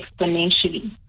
exponentially